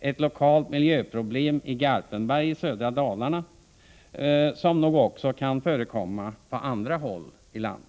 ett lokalt miljöproblem i Garpenberg i södra Dalarna som nog kan förekomma också på andra håll i landet.